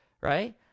right